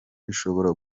bishobora